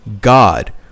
God